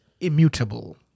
immutable